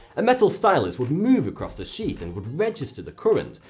a metal stylus would move across the sheet and would register the current,